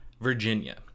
virginia